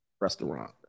Restaurant